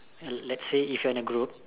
lets say you are in a group